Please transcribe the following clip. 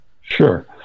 Sure